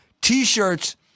T-shirts